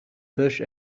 such